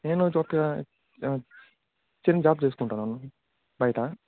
నేను వొచ్చి ఒక చిన్న జాబ్ చేసుకుంటన్నాను బయటా